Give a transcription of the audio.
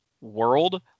world